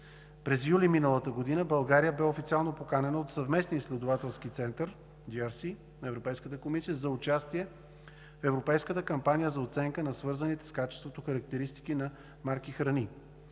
месец юли миналата година България официално бе поканена от Съвместния изследователски център JRC на Европейската комисия за участие в европейската кампания за оценка на свързаните с качеството характеристики на марки храни,